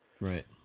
Right